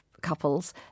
Couples